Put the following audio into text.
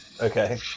Okay